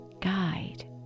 guide